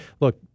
look